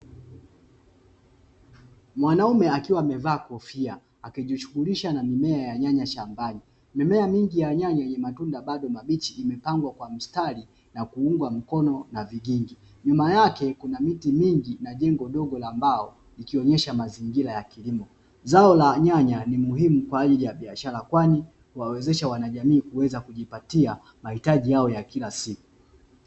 Mwanaume akiwa amevaa kofia, akiwa anajishughulisha na mimea ya nyanya shambani. Mimea mingi ya nyanya yenye matunda bado mabichi imepangwa kwa mstari na kuungwa mkono na vigingi. Nyuma yake kuna miti mingi na jengo bovu la mbao, ikionyesha mazingira ya kilimo. Zao la nyanya ni muhimu kwa ajili ya biashara, kwani huwawezesha wanajamii kujipatia mahitaji yao ya kila siku.